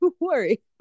worry